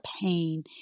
pain